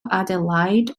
adelaide